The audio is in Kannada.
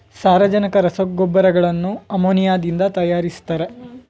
ಸಾರಜನಕ ರಸಗೊಬ್ಬರಗಳನ್ನು ಅಮೋನಿಯಾದಿಂದ ತರಯಾರಿಸ್ತರೆ